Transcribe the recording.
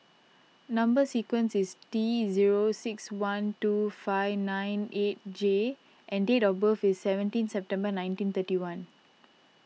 Number Sequence is T zero six one two five nine eight J and date of birth is seventeen September nineteen thirty one